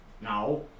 Now